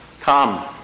Come